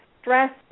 stress